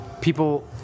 people